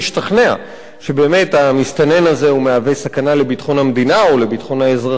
שבאמת המסתנן הזה מהווה סכנה לביטחון המדינה או לביטחון האזרחים,